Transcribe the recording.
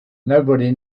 nobody